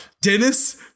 Dennis